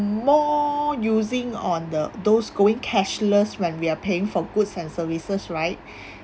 more using on the those going cashless when we are paying for goods and services right